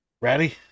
Ready